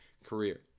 career